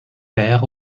pères